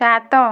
ସାତ